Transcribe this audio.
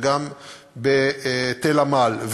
וגם בתל-עמל,